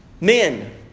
men